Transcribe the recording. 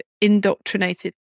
indoctrinated